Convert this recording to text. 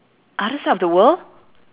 other side of the world